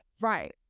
right